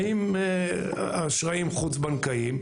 באים אשראים חוץ-בנקאיים,